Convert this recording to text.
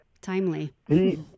Timely